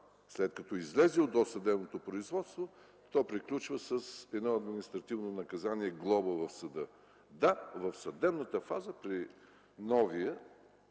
след като излезе от досъдебното производство, приключва с едно административно наказание – глоба в съда. Да, в съдебната фаза при новия